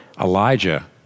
Elijah